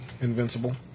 invincible